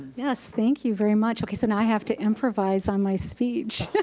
yes, thank you very much. okay, so now i have to improvise on my speech.